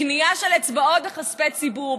קנייה של אצבעות בכספי ציבור.